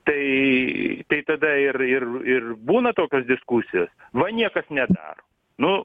tai tai tada ir ir ir būna tokios diskusijos va niekas nedaro nu